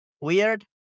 weird